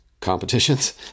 competitions